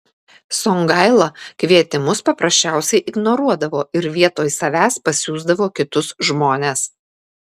songaila kvietimus paprasčiausiai ignoruodavo ir vietoj savęs pasiųsdavo kitus žmones